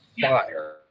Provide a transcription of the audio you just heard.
fire